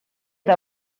eta